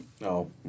No